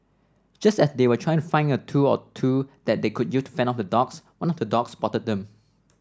just as they were trying to find a tool or two that they could use to fend off the dogs one of the dogs spotted them